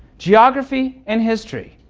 geography and history,